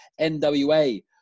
NWA